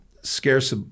scarce